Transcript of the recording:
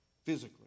Physically